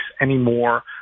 anymore